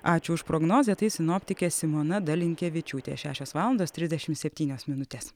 ačiū už prognozę tai sinoptikė simona dalinkevičiūtė šešios valandos trisdešimt septynios minutės